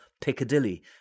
Piccadilly